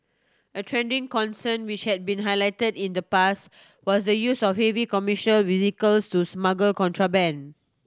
a trending concern which had been highlighted in the past was the use of heavy commercial vehicles to smuggle contraband